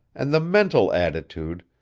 and the mental attitude,